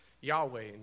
Yahweh